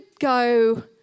go